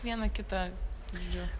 vieną kitą žodžiu